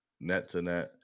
net-to-net